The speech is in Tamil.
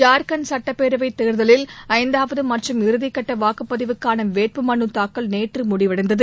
ஜார்கண்ட் சட்டப்பேரவை தேர்தலில் ஐந்தாவது மற்றும் இறுதிகட்ட வாக்குப்பதிவுக்கான வேட்புமலு தாக்கல் நேற்று முடிவடைந்தது